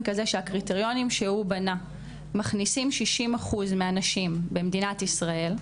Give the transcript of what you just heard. כזה שהקריטריונים שהוא בנה מכניסים 60% מהנשים במדינת ישראל,